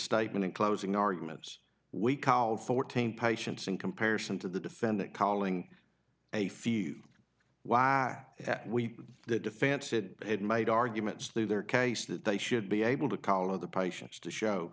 statement in closing arguments we called fourteen patients in comparison to the defendant calling a few why are we the defense said it made arguments through their case that they should be able to call other patients to show